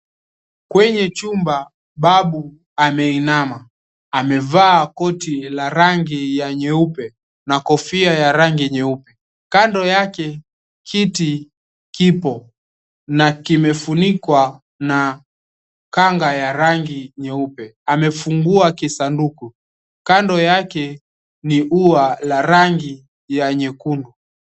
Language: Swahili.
Kwenye chumba babu ameinama amevaa koti la rangi ya nyeupe na kofia ya rangi nyeupe kando yake kiti kipo na kimefunikwa na kanga ya rangi nyeupe amefungua kisanduku kando yake ni ua la rangi ya nyekundu.